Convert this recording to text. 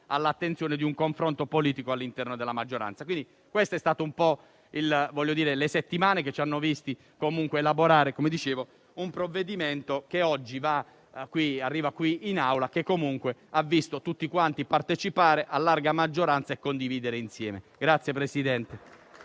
all'attenzione di un confronto politico all'interno della maggioranza. Queste sono state le settimane che ci hanno visto elaborare un provvedimento che oggi arriva in Aula, che comunque ha visto tutti partecipare a larga maggioranza e condividere insieme.